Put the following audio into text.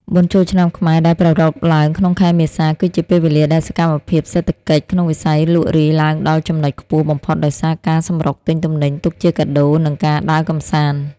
បុណ្យចូលឆ្នាំខ្មែរដែលប្រារព្ធឡើងក្នុងខែមេសា គឺជាពេលវេលាដែលសកម្មភាពសេដ្ឋកិច្ចក្នុងវិស័យលក់រាយឡើងដល់ចំណុចខ្ពស់បំផុតដោយសារការសម្រុកទិញទំនិញទុកជាកាដូ និងការដើរកម្សាន្ត។